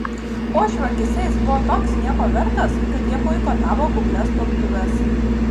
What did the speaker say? uošvių akyse jis buvo toks nieko vertas kad jie boikotavo kuklias tuoktuves